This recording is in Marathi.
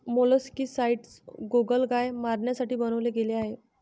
मोलस्कीसाइडस गोगलगाय मारण्यासाठी बनवले गेले आहे